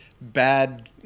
bad